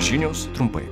žinios trumpai